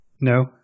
No